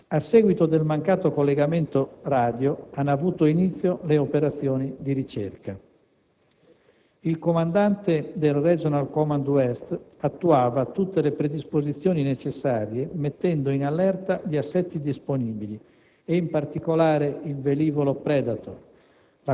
A seguito del mancato collegamento radio hanno avuto inizio le operazioni di ricerca. Il comandante del *Regional Command West* attuava tutte le predisposizioni necessarie, mettendo in allerta gli assetti disponibili e, in particolare il velivolo *Predator*,